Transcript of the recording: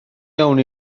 iawn